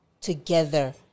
together